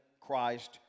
Christ